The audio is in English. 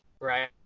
right